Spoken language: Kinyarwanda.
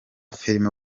filime